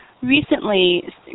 recently